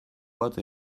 bat